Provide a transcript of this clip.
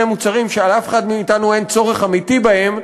מוצרים שלאף אחד מאתנו אין צורך אמיתי בהם,